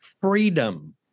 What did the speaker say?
freedom